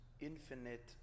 infinite